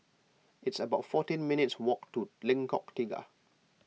it's about fourteen minutes walk to Lengkok Tiga